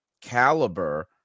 caliber